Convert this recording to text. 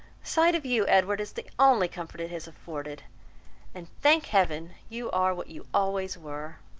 sight of you, edward, is the only comfort it has afforded and thank heaven! you are what you always were!